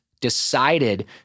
decided